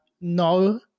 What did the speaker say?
no